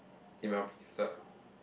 in my opinion lah